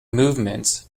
movements